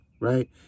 Right